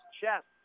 chest